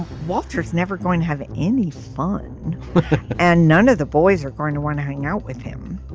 walter is never going to have any fun and none of the boys are going to want to hang out with him.